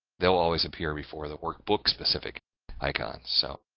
they will always appear before the workbook-specific icon. so,